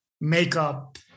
makeup